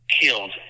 killed